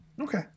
Okay